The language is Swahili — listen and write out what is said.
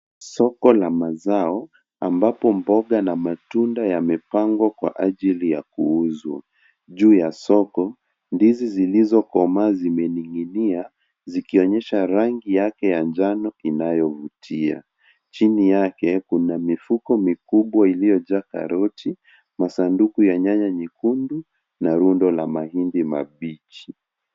Soko la mazao ambapo mboga na matunda yamepangwa kwa ajili ya kuuzwa juu ya soko ndizi zilizo komaa zimeninginia zikionyesha rangi yake ya njano inanyo vutia. Chini yake kuna mifuko mikubwa iliyo jaa karoti masanduku ya nyanya nyekundu na rundo la mahindi mabichi.